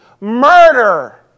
murder